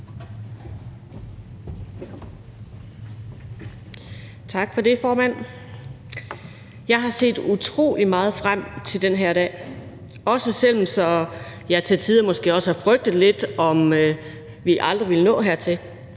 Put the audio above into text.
Tak for det, formand. Jeg har set utrolig meget frem til den her dag, også selv om jeg til tider måske har frygtet lidt, at vi aldrig ville nå hertil.